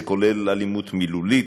זה כולל אלימות מילולית,